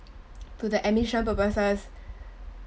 to the admission purposes